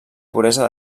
puresa